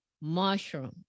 mushroom